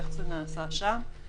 איך זה נעשה שם.